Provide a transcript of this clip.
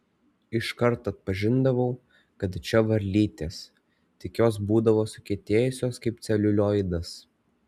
iškart atpažindavau kad čia varlytės tik jos būdavo sukietėjusios kaip celiulioidas